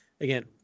again